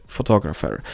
Photographer